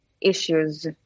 issues